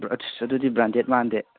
ꯑꯁ ꯑꯗꯨꯗꯤ ꯕ꯭ꯔꯥꯟꯗꯦꯠ ꯃꯥꯟꯗꯦ